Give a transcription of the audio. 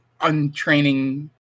untraining